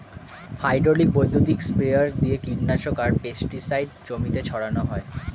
hydraulic বৈদ্যুতিক sprayer দিয়ে কীটনাশক আর পেস্টিসাইড জমিতে ছড়ান হয়